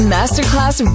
Masterclass